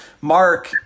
mark